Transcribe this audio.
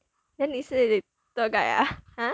then 你是 tour guide ah !huh!